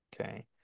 Okay